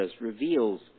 reveals